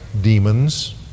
demons